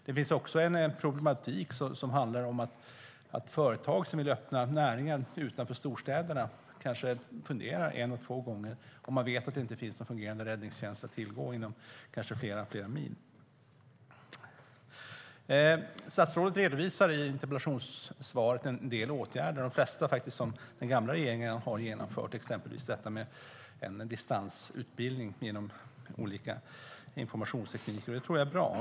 Det finns en problematik som handlar om att företag som vill starta näringsverksamhet utanför storstäderna kanske funderar både en och två gånger om de vet att det inte finns någon fungerande räddningstjänst att tillgå på flera mils avstånd. Statsrådet redovisade i interpellationssvaret en del åtgärder som vidtagits, de flesta faktiskt av den tidigare regeringen, exempelvis en distansutbildning med hjälp av informationsteknik. Det är bra.